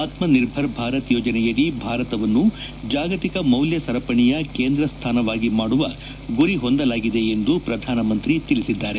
ಆತ್ಮ ನಿರ್ಭರ್ ಭಾರತ್ ಯೋಜನೆಯಡಿ ಭಾರತವನ್ನು ಜಾಗತಿಕ ಮೌಲ್ಯ ಸರಪಣಿಯ ಕೇಂದ್ರ ಸ್ಥಾನವಾಗಿ ಮಾಡುವ ಗುರಿ ಹೊಂದಲಾಗಿದೆ ಎಂದು ಪ್ರಧಾನಮಂತ್ರಿ ತಿಳಿಸಿದ್ದಾರೆ